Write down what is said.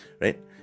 right